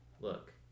Look